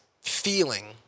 feeling